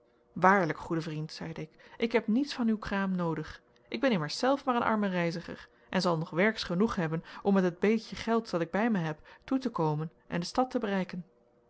waarlijk goede vriend zeide ik ik heb niets van uw kraam noodig ik ben immers zelf maar een arme reiziger en zal nog werks genoeg hebben om met het beetje gelds dat ik bij mij heb toe te komen en de stad te bereiken